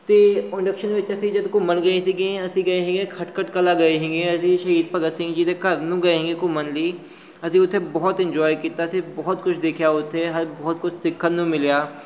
ਅਤੇ ਇੰਡਕਸ਼ਨ ਵਿੱਚ ਅਸੀਂ ਜਦੋਂ ਘੁੰਮਣ ਗਏ ਸੀਗੇ ਅਸੀਂ ਗਏ ਸੀਗੇ ਖਟਕੜ ਕਲਾਂ ਗਏ ਸੀਗੇ ਅਸੀਂ ਸ਼ਹੀਦ ਭਗਤ ਸਿੰਘ ਜੀ ਦੇ ਘਰ ਨੂੰ ਗਏ ਸੀ ਘੁੰਮਣ ਲਈ ਅਸੀਂ ਉੱਥੇ ਬਹੁਤ ਇੰਜੋਏ ਕੀਤਾ ਅਸੀਂ ਬਹੁਤ ਕੁਝ ਦੇਖਿਆ ਉੱਥੇ ਅਰ ਬਹੁਤ ਕੁਛ ਸਿੱਖਣ ਨੂੰ ਮਿਲਿਆ